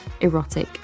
erotic